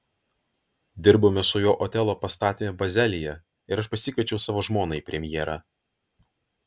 dirbome su juo otelo pastatyme bazelyje ir aš pasikviečiau savo žmoną į premjerą